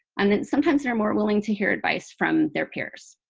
and sometimes they're more willing to hear advice from their peers